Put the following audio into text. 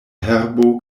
herbo